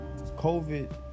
COVID